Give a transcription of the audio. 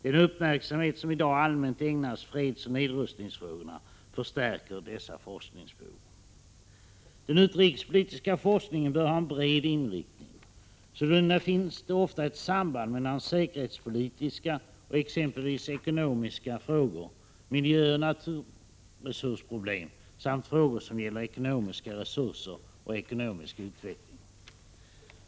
Den uppmärksamhet som i dag allmänt ägnas fredsoch nedrustningsfrågorna förstärker dessa forskningsbehov. Den utrikespolitiska forskningen bör ha en bred inriktning. Sålunda finns ofta ett samband mellan säkerhetspolitiska och exempelvis ekonomiska frågor, miljöoch naturresursproblem samt frågor som gäller ekonomiska resurser och ekonomisk utveckling.